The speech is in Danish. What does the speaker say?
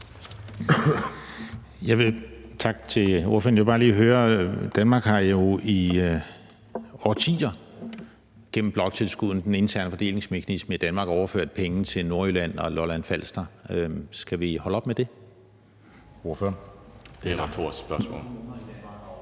(RV): Tak til ordføreren. Jeg vil bare lige høre: Danmark har jo i årtier gennem bloktilskuddene, den interne fordelingsmekanisme i Danmark, overført penge til Nordjylland og Lolland-Falster. Skal vi holde op med det? Kl. 16:06 Anden næstformand